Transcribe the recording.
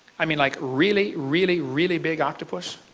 i mean like really, really, really big octopus.